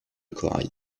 corail